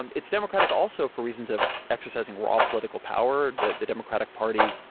um it's democratic also for reasons of exercising raw political power, the the democratic party,